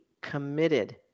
committed